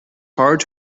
hard